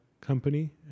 company